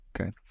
Okay